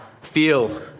feel